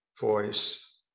voice